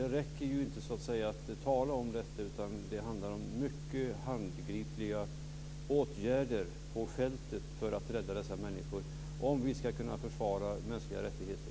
Det räcker ju inte att tala om detta, utan det handlar om mycket handgripliga åtgärder på fältet för att rädda dessa människor om vi ska kunna försvara mänskliga rättigheter.